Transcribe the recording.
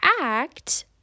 act